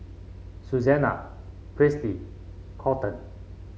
Susanne Presley Colton